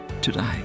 today